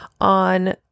on